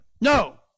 No